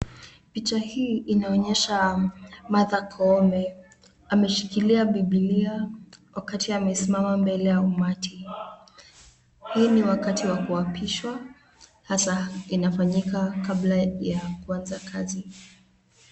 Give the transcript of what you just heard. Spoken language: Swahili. Picha hii inaonyesha Martha Koome ameshikilia bibilia wakati amesimama mbele ya umati, hii ni wakati wa kuwapishwa, hasa inafanyika kabla ya kuanza kazi.